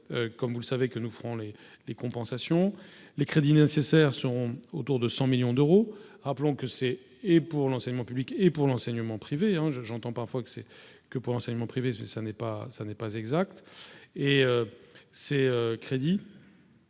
comme vous le savez, que nous ferons les les compensations les crédits nécessaires sont autour de 100 millions d'euros, rappelons que c'est et pour l'enseignement public et pour l'enseignement privé hein je j'entends parfois qu'c'est que pour l'enseignement privé, ça n'est pas ça n'est pas exact